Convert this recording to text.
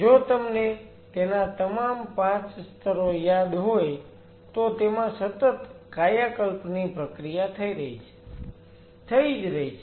જો તમને તેના તમામ 5 સ્તરો યાદ હોય તો તેમાં સતત કાયાકલ્પની પ્રક્રિયા થઈ રહી છે થઈ જ રહી છે